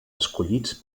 escollits